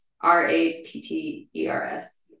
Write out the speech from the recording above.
R-A-T-T-E-R-S